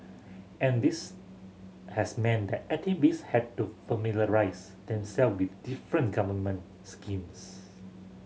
and this has meant that activist had to familiarise themselves with different government schemes